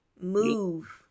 move